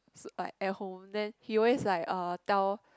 so I at home then he always like uh tell